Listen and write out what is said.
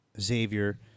Xavier –